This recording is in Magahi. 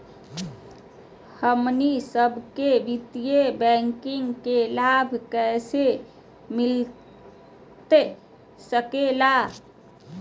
हमनी सबके वित्तीय बैंकिंग के लाभ कैसे मिलता सके ला?